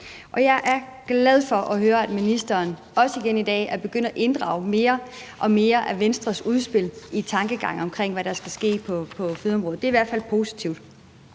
jeg er glad for at høre, at ministeren – igen i dag – er begyndt at inddrage mere og mere af Venstres udspil i tankegangen omkring, hvad der skal ske på fødselsområdet. Det er i hvert fald positivt.